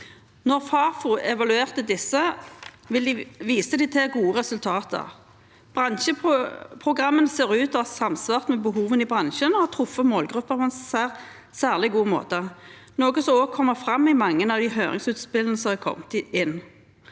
Da Fafo evaluerte disse, viste de til gode resultater. Bransjeprogrammene ser ut til å ha samsvart med behovene i bransjen og har truffet målgruppen på en særlig god måte, noe som kommer fram i mange av høringsinnspillene som har kommet inn.